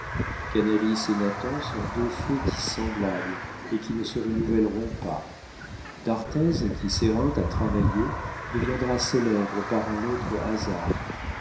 canalis et nathan sont deux faits dissemblables et qui ne se renouvelleront pas d'arthez qui s'éreinte à travailler deviendra célèbre par un autre hasard